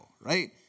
Right